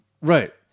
Right